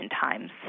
times